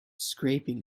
scraping